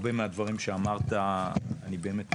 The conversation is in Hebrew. הרבה מהדברים שאמרת אני באמת מסכים,